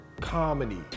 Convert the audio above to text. comedy